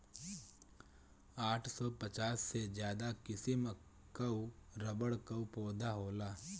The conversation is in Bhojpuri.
आठ सौ पचास से ज्यादा किसिम कअ रबड़ कअ पौधा होला